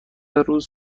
روز